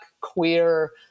queer